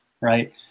right